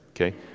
Okay